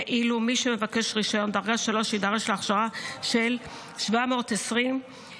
ואילו מי שמבקש רישיון דרגה 3 יידרש להכשרה של 720 שעות.